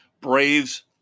braves